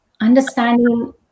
understanding